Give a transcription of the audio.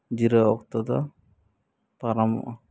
ᱡᱤᱨᱟᱹᱣ ᱚᱠᱛᱚ ᱫᱚ ᱯᱟᱨᱚᱢᱚᱜᱼᱟ